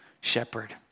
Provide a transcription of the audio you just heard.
shepherd